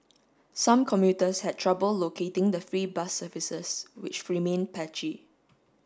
some commuters had trouble locating the free bus services which remain patchy